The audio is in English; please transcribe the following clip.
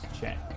check